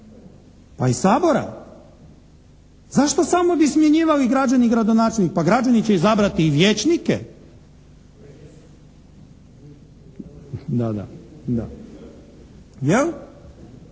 Pa i Sabora? Zašto samo bi smjenjivali građani gradonačelnik? Pa građani će izabrati i vijećnike. …/Upadica se